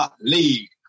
League